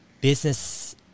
business